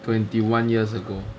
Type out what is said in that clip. twenty one years ago